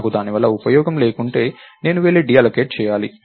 నాకు దాని వల్ల ఉపయోగం లేకుంటే నేను వెళ్లి డీఅల్లోకేట్ చేయాలి